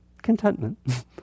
contentment